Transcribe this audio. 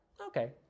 Okay